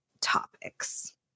topics